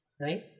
right